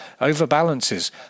overbalances